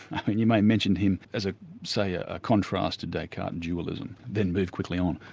i mean, you may mention him as, ah say a contrast to descartes and dualism then move quickly on.